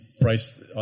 price